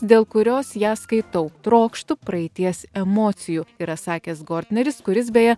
dėl kurios ją skaitau trokštu praeities emocijų yra sakęs gortneris kuris beje